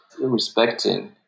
respecting